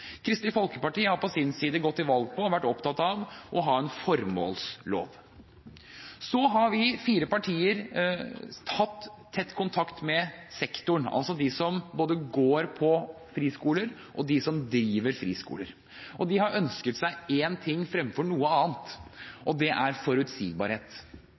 Kristelig Folkeparti har på sin side gått til valg på og vært opptatt av å ha en formålslov. De fire partiene har hatt tett kontakt med sektoren, både med dem som går på friskoler, og dem som driver friskoler. De har ønsket seg én ting fremfor noe annet, og det er forutsigbarhet.